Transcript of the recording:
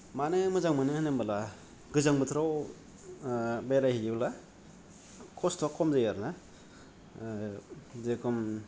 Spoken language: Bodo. मानो मोजां मोनो होनोबोला गोजां बोथोराव बेरायहैयोब्ला खस्थ'आ खम जायो आरोना जेर'खम